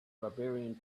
barbarian